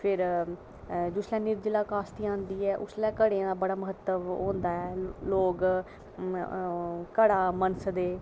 ते फिर जिसलै निर्जलाकाश्ती औंदी ऐ ते उसलै घड़ें दा बड़ा महत्व होंदा ऐ लोग घड़ा मनसदे